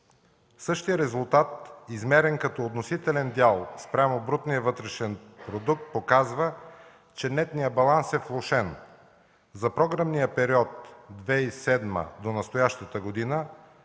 Същият резултат, измерен като относителен дял спрямо брутния вътрешен продукт, показва, че нетният баланс е влошен. За програмния период 2007 г. до настоящата година